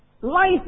life